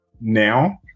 now